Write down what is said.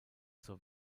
zur